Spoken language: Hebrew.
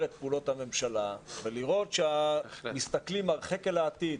את פעולות הממשלה ולראות שמסתכלים הרחק אל העתיד.